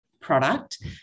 product